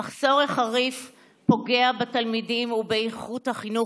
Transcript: המחסור החריף פוגע בתלמידים ובאיכות החינוך